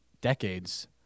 decades